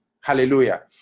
hallelujah